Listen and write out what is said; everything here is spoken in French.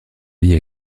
vie